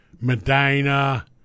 Medina